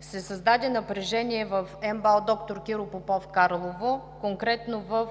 се създаде напрежение в МБАЛ „Д-р Киро Попов“ в Карлово, конкретно в